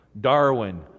Darwin